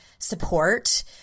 support